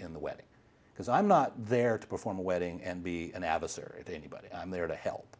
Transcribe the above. in the wedding because i'm not there to perform a wedding and be an adversary to anybody i'm there to help